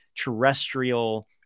Terrestrial